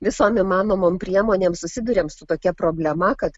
visom įmanomom priemonėm susiduriam su tokia problema kad